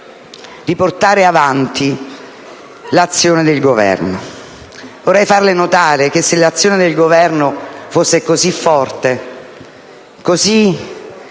di portare avanti l'azione del Governo. Vorrei farle notare che, se l'azione del Governo fosse così forte e così